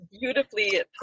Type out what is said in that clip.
beautifully